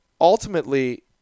ultimately